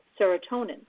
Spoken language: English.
serotonin